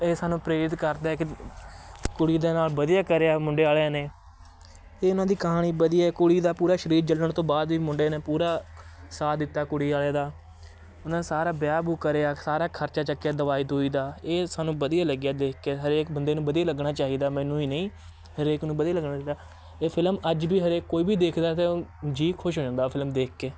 ਇਹ ਸਾਨੂੰ ਪ੍ਰੇਰਿਤ ਕਰਦਾ ਹੈ ਕਿ ਕੁੜੀ ਦੇ ਨਾਲ ਵਧੀਆ ਕਰਿਆ ਮੁੰਡੇ ਵਾਲਿਆਂ ਨੇ ਇਹ ਉਹਨਾਂ ਦੀ ਕਹਾਣੀ ਵਧੀਆ ਕੁੜੀ ਦਾ ਪੂਰਾ ਸਰੀਰ ਜਲਣ ਤੋਂ ਬਾਅਦ ਵੀ ਮੁੰਡੇ ਨੇ ਪੂਰਾ ਸਾਥ ਦਿੱਤਾ ਕੁੜੀ ਵਾਲੇ ਦਾ ਉਹਨਾਂ ਸਾਰਾ ਵਿਆਹ ਵੂ ਕਰਿਆ ਸਾਰਾ ਖਰਚਾ ਚੱਕਿਆ ਦਵਾਈ ਦਵੂਈ ਦਾ ਇਹ ਸਾਨੂੰ ਵਧੀਆ ਲੱਗਿਆ ਦੇਖ ਕੇ ਹਰੇਕ ਬੰਦੇ ਨੂੰ ਵਧੀਆ ਲੱਗਣਾ ਚਾਹੀਦਾ ਮੈਨੂੰ ਹੀ ਨਹੀਂ ਹਰੇਕ ਨੂੰ ਵਧੀਆ ਲੱਗਣਾ ਚਾਹੀਦਾ ਇਹ ਫਿਲਮ ਅੱਜ ਵੀ ਹਰੇਕ ਕੋਈ ਵੀ ਦੇਖਦਾ ਅਤੇ ਜੀ ਖੁਸ਼ ਹੋ ਜਾਂਦਾ ਫਿਲਮ ਦੇਖ ਕੇ